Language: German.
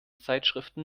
zeitschriften